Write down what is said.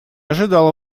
ожидал